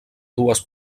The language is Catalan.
dues